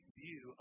view